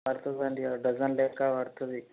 పడుతుందండి ఒక డజన్ లెక్క పడుతుంది